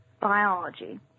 biology